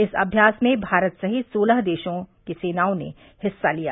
इस अभ्यास में भारत सहित सोलह देशों की सेनाओं ने हिस्सा लिया